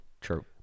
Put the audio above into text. True